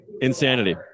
insanity